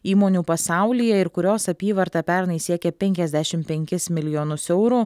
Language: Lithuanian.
įmonių pasaulyje ir kurios apyvarta pernai siekė penkiasdešimt penkis milijonus eurų